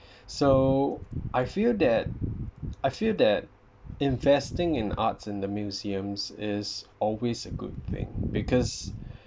so I feel that I feel that investing in arts and the museums is always a good thing because